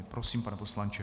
Prosím, pane poslanče.